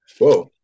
Whoa